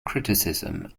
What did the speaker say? criticism